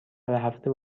هفته